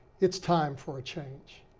it's time for a change.